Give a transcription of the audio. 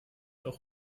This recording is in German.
auch